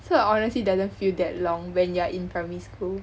so honestly doesn't feel that long when you are in primary school